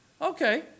Okay